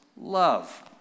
love